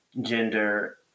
gender